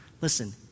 Listen